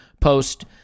post